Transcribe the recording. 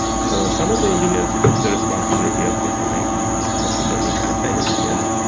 so some of the engineers took the responsibility of becoming machine learning pipeline engineers.